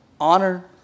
honor